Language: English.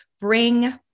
bring